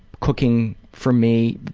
cooking for me,